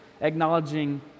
acknowledging